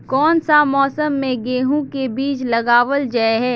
कोन सा मौसम में गेंहू के बीज लगावल जाय है